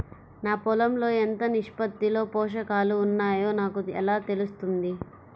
నా పొలం లో ఎంత నిష్పత్తిలో పోషకాలు వున్నాయో నాకు ఎలా తెలుస్తుంది?